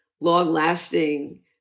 long-lasting